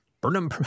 Burnham